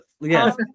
Yes